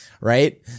Right